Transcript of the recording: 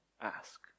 ask